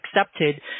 accepted